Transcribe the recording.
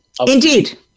Indeed